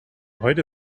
heute